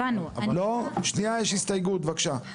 שנייה יש הסתייגות, בבקשה.